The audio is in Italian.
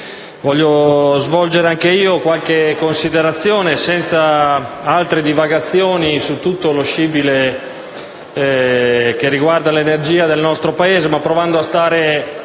voglio svolgere anch'io qualche considerazione senza altre divagazioni su tutto lo scibile che riguarda l'energia nel nostro Paese ma provando a stare